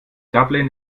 dublin